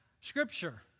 scripture